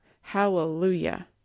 Hallelujah